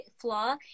flaw